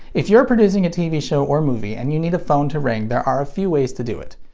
if you're producing a tv show or movie, and you need a phone to ring, there are a few ways to do it.